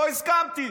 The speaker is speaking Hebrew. לא הסכמתי.